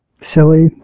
silly